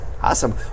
Awesome